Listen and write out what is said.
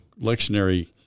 lectionary